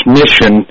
mission